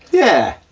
yeah.